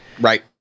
Right